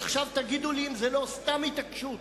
עכשיו תגידו לי אם זו לא סתם התעקשות.